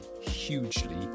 hugely